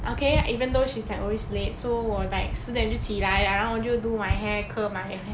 okay even though she's like always late so 我 like 十四点就起来然后就 do my hair curl my hair